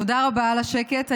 תודה רבה על השקט.